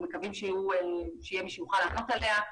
מקווים שיהיה מישהו שיוכל לענות עליה.